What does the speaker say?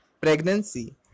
pregnancy